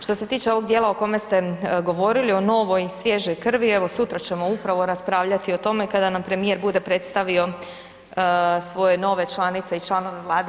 Što se tiče ovog dijela o kome ste govorilo o novoj svježoj krvi, evo sutra ćemo upravo raspravljati o tome kada nam premijer bude predstavio svoje nove članice i članove vlade.